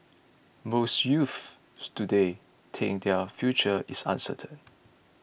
most youths today think that their future is uncertain